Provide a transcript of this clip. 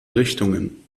richtungen